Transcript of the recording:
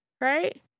right